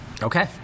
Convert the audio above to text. Okay